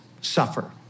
suffer